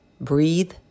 breathe